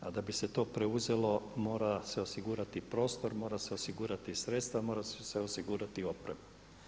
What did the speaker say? A da bi se to preuzelo mora se osigurati prostor, moraju se osigurati sredstva, mora se osigurati i oprema.